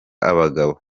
abagabo